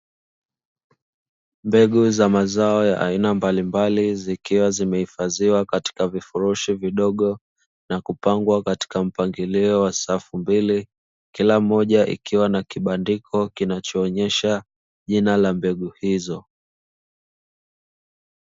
Mbegu za mazao ya aina mbalimbali zikiwa zimehifadhiwa katika vifurushi vidogo na kupangwa katika mpangilio wa safu mbili, kila mmoja ikiwa na kibandiko kinachoonyesha jina la mbegu hizo.